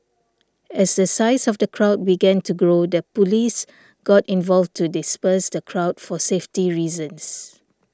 as the size of the crowd began to grow the police got involved to disperse the crowd for safety reasons